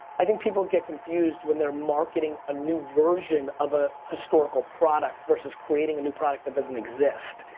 i think people get confused when they're marketing a new version of a historical product versus creating a new product that doesn't exist,